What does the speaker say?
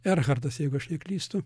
erhardas jeigu aš neklystu